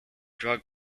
drug